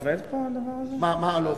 זה לא עובד?